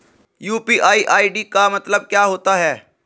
UPI ID का मतलब क्या होता है?